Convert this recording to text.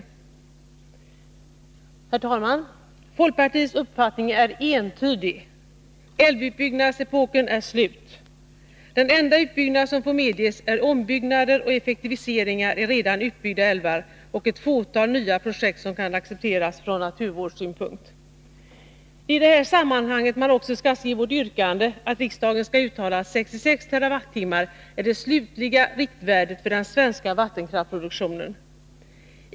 Herr talman! Folkpartiets uppfattning är entydig. Älvutbyggnadsepoken är slut. De enda utbyggnader som får medges är ombyggnader och effektiviseringar i redan utbyggda älvar och ett fåtal nya projekt som kan accepteras från naturvårdssynpunkt. Det är i det sammanhanget man också skall se vårt yrkande att riksdagen skall uttala att 66 TWh är det slutliga riktvärdet för den svenska vattenkraftproduktionen.